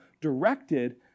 directed